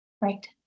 Right